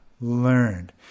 learned